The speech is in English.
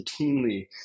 routinely